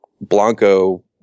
Blanco